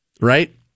right